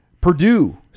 Purdue